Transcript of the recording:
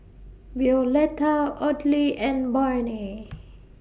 Violetta Audley and Barney